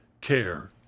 care